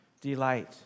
delight